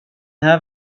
här